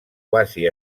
quasi